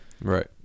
Right